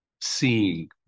seeing